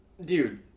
Dude